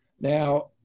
Now